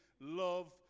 love